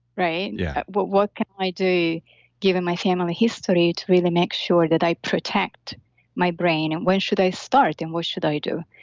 right? yeah what what can i do given my familial history to really make sure that i protect my brain? and where should i start? and what should i do?